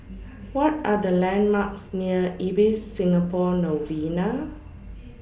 What Are The landmarks near Ibis Singapore Novena